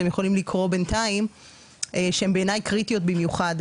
אתם יכולים לקרוא בינתיים שהן בעיניי קריטיות במיוחד.